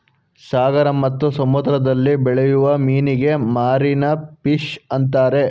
ಸಾಗರ ಮತ್ತು ಸಮುದ್ರದಲ್ಲಿ ಬೆಳೆಯೂ ಮೀನಿಗೆ ಮಾರೀನ ಫಿಷ್ ಅಂತರೆ